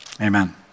Amen